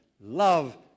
Love